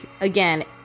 again